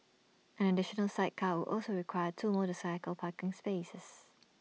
an additional sidecar would also require two motorcycle parking spaces